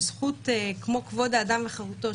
של זכות כמו כבוד האדם וחירותו,